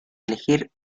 elegir